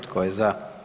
Tko je za?